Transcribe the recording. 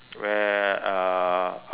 where uh